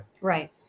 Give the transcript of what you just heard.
right